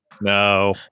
no